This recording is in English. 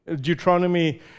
Deuteronomy